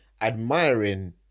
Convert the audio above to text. admiring